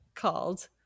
called